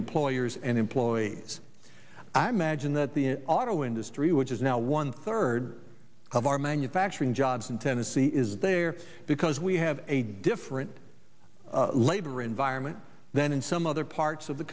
employers and employees i magine that the auto industry which is now one third of our manufacturing jobs in tennessee is there because we have a different labor environment then in some other parts of the